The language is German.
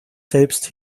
selbst